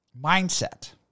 mindset